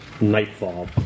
nightfall